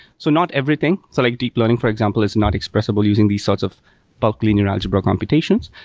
so not everything, so like deep learning for example is not expressable using these sorts of bulk linear algebra computations,